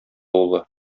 улы